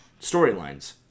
storylines